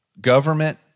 Government